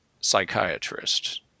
psychiatrist